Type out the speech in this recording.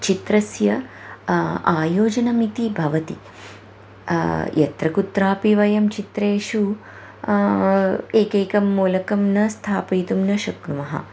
चित्रस्य आयोजनमिति भवति यत्र कुत्रापि वयं चित्रेषु एकैकं मूलकं न स्थापयितुं न शक्नुमः